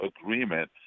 agreement